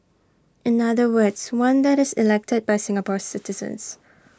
in other words one that is elected by Singapore citizens